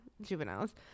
juveniles